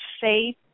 faith